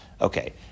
Okay